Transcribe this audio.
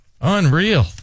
Unreal